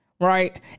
right